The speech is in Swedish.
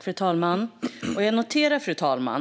Fru talman! Jag noterar